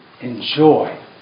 enjoy